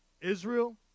Israel